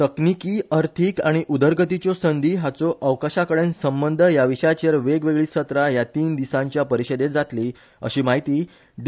तकनीकी अर्थिक आनी उदरगतीच्यो संधी हाचो अवकाशाकडेन संबंध ह्या विशयाचेर वेगवेगळी सत्रा ह्या तीन दिसांच्या परिशदेंत जातली अशी म्हायती डी